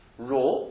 raw